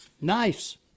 Nice